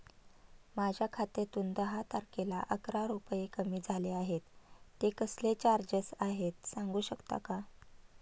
माझ्या खात्यातून दहा तारखेला अकरा रुपये कमी झाले आहेत ते कसले चार्जेस आहेत सांगू शकता का?